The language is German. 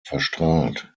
verstrahlt